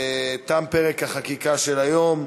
תם פרק החקיקה של היום.